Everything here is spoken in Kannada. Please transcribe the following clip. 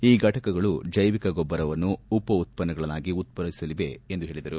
ಈ ಫಟಕಗಳು ಜೈವಿಕ ಗೊಬ್ಲರವನ್ನು ಉಪ ಉತ್ಪನ್ನಗಳಾಗಿ ಉತ್ಪಾದಿಸಲಿದೆ ಎಂದು ಹೇಳಿದರು